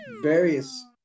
various